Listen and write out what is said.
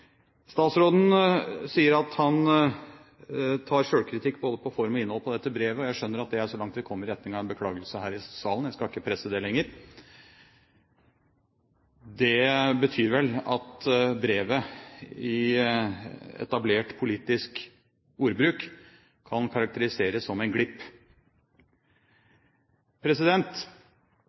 Statsråden sier at han tar selvkritikk på både form og innhold når det gjelder dette brevet. Jeg skjønner at det er så langt vi kommer i retning av en beklagelse her i salen, jeg skal ikke presse det lenger. Det betyr vel at brevet i etablert politisk ordbruk kan karakteriseres som en glipp.